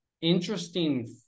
interesting